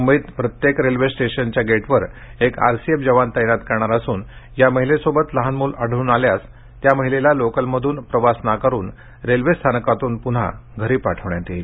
मुंबईतील प्रत्येक रेल्वे स्टेशनच्या गेटवर एक आरसीएफ जवान तैनात करणार असुन हा महिलेसोबत लहान मुल आढळून आल्यास त्या महिलेला लोकलमधून प्रवास नाकारून रेल्वे स्थानकातून पुन्हा घरी पाठविण्यात येणार आहे